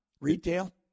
Retail